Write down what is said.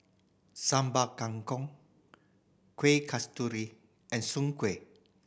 Sambal Kangkong Kuih Kasturi and soon kway